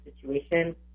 situation